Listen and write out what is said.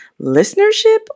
listenership